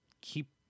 keep